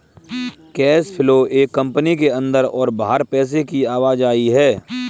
cash flow एक company के अंदर और बाहर पैसे की आवाजाही है